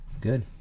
Good